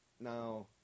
Now